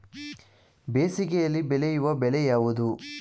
ಬೇಸಿಗೆಯಲ್ಲಿ ಬೆಳೆಯುವ ಬೆಳೆ ಯಾವುದು?